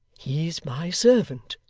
he's my servant.